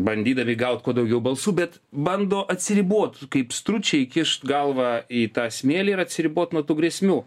bandydami gaut kuo daugiau balsų bet bando atsiribot kaip stručiai įkišt galvą į tą smėlį ir atsiribot nuo tų grėsmių